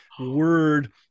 word